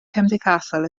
cymdeithasol